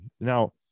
Now